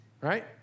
right